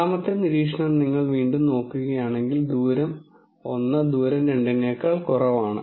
രണ്ടാമത്തെ നിരീക്ഷണം വീണ്ടും നിങ്ങൾ നോക്കുകയാണെങ്കിൽ ദൂരം 1 ദൂരം 2 നേക്കാൾ കുറവാണ്